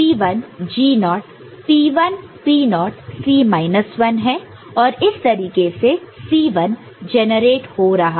तो यह G1 P1 G0 naught naught P1 P0 naught naught C minus 1 है और इस तरीके से C1 जनरेट हो रहा है